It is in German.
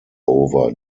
over